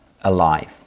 alive